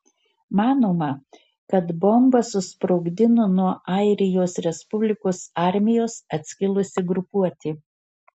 manoma kad bombą susprogdino nuo airijos respublikos armijos atskilusi grupuotė